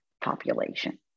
population